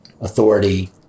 authority